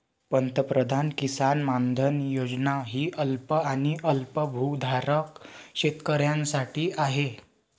पंतप्रधान किसान मानधन योजना ही अल्प आणि अल्पभूधारक शेतकऱ्यांसाठी आहे